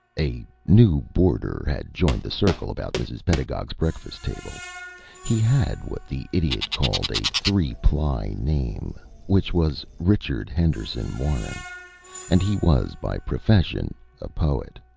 a new boarder had joined the circle about mrs. pedagog's breakfast-table. he had what the idiot called a three-ply name which was richard henderson warren and he was by profession a poet.